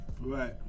right